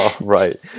Right